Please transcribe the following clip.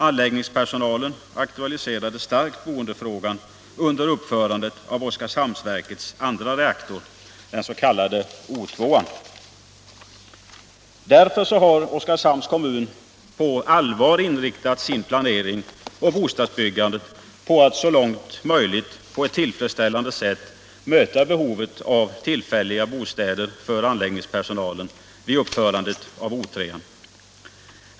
Anläggningspersonalen aktualiserade starkt boendefrågan under uppförandet av Oskarshamnsverkets andra reaktor, den s.k. 02. Därför har Oskarshamns kommun på allvar inriktat sin planering och sitt bostadsbyggande på att så långt möjligt på ett tillfredsställande sätt möta behovet av tillfälliga bostäder för anläggningspersonalen vid upp förandet av O 2.